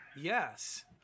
Yes